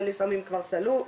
כבר סלול,